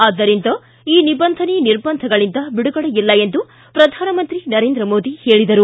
ಆದ್ದರಿಂದ ಈ ನಿಬಂಧನೆ ನಿರ್ಬಂಧಗಳಿಂದ ಬಿಡುಗಡೆಯಿಲ್ಲ ಎಂದು ಪ್ರಧಾನಮಂತ್ರಿ ನರೇಂದ್ರ ಮೋದಿ ಹೇಳಿದ್ದಾರೆ